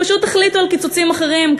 פשוט החליטו על קיצוצים אחרים,